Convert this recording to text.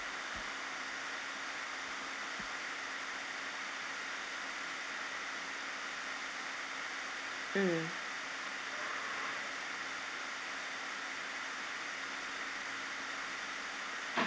mm